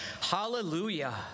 Hallelujah